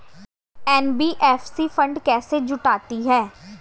NBFC fund कैसे जुटाती है?